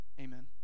Amen